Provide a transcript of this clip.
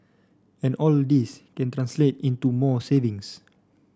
and all this can translate into more savings